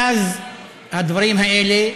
מאז הדברים האלה,